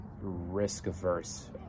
risk-averse